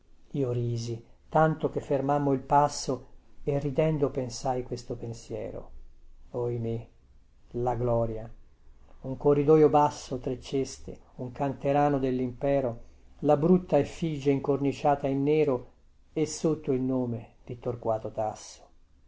io risi tanto che fermammo il passo e ridendo pensai questo pensiero oimè la gloria un corridoio basso tre ceste un canterano dellimpero la brutta effigie incorniciata in nero e sotto il nome di torquato tasso